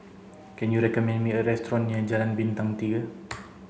can you recommend me a restaurant near Jalan Bintang Tiga